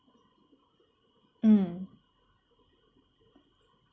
mm